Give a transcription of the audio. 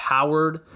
Powered